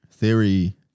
Theory